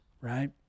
right